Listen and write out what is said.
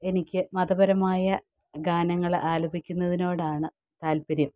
എനിക്ക് മതപരമായ ഗാനങ്ങൾ ആലപിക്കുന്നതിനോടാണ് താൽപ്പര്യം